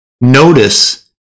Notice